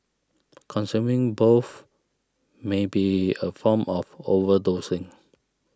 consuming both may be a form of overdosing